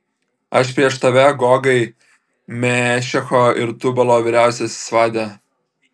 aš prieš tave gogai mešecho ir tubalo vyriausiasis vade